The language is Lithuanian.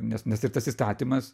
nes nes ir tas įstatymas